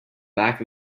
back